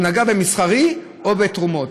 הוא נגע במסחרי או בתרומות.